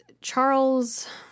charles